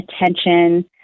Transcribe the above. attention